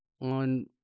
on